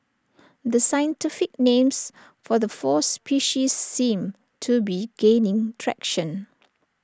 the scientific names for the four species seem to be gaining traction